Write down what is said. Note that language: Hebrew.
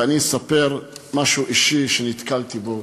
ואני אספר משהו אישי שנתקלתי בו.